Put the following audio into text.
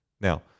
Now